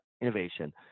innovation